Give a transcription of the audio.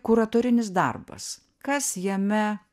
kuratorinis darbas kas jame